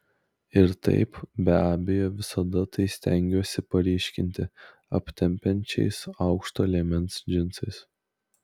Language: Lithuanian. ir taip be abejo visada tai stengiuosi paryškinti aptempiančiais aukšto liemens džinsais